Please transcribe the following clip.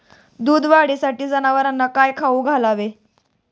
दूध वाढीसाठी जनावरांना काय खाऊ घालावे?